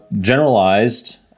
generalized